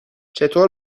چطور